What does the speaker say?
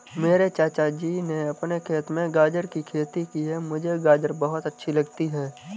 मेरे चाचा जी ने अपने खेत में गाजर की खेती की है मुझे गाजर बहुत अच्छी लगती है